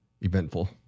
Eventful